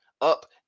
up